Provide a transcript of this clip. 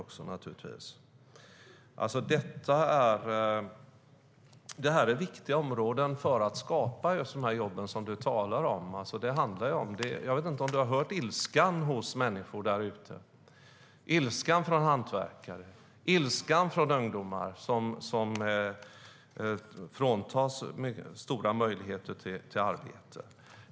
Detta är viktiga områden för att skapa de jobb du talar om. Jag vet inte om du har hört ilskan hos människor där ute - ilskan från hantverkare och ilskan från ungdomar som fråntas stora möjligheter till arbete.